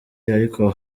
ariko